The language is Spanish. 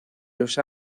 los